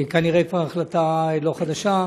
כנראה כבר החלטה לא חדשה,